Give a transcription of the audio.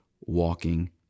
walking